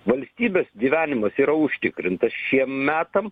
valstybės gyvenimas yra užtikrintas šiem metam